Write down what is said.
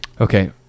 Okay